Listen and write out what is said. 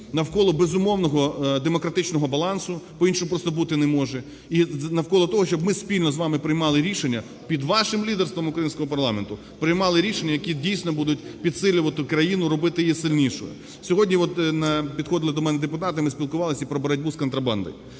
навколо безумовного демократичного балансу, по-іншому бути просто не може, і навколо того, щоб ми спільно з вами приймали рішення під вашим лідерством українського парламенту приймали рішення, які, дійсно, будуть підсилювати країну, робити її сильнішою. Сьогодні от підходили до мене депутати, ми спілкувались і про боротьбу з контрабандою.